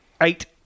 Eight